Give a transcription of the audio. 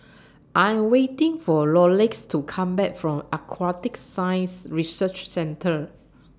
I'm waiting For Loris to Come Back from Aquatic Science Research Centre